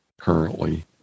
currently